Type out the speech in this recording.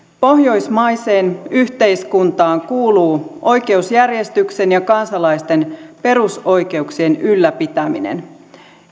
pohjoismaiseen yhteiskuntaan kuuluu oikeusjärjestyksen ja kansalaisten perusoikeuksien ylläpitäminen